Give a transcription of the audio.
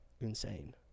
insane